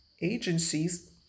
agencies